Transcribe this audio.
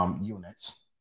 units